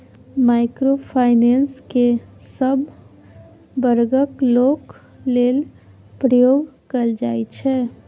micro finance केँ सब बर्गक लोक लेल प्रयोग कएल जाइ छै